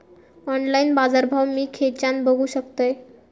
Online बाजारभाव मी खेच्यान बघू शकतय?